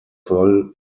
voll